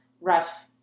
Rough